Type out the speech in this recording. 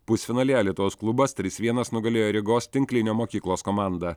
pusfinalyje alytaus klubas trys vienas nugalėjo rygos tinklinio mokyklos komandą